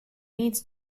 needs